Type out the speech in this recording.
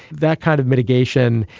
that kind of mitigation,